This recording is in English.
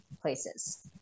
places